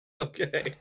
Okay